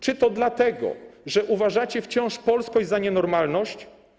Czy to dlatego, że uważacie wciąż polskość za nienormalność?